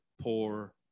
poor